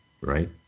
right